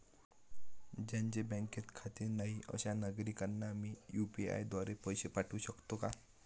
ज्यांचे बँकेत खाते नाही अशा नागरीकांना मी यू.पी.आय द्वारे पैसे पाठवू शकतो का?